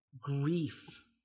grief